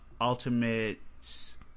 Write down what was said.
Ultimates